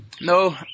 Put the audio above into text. No